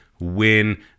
Win